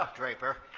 um draper.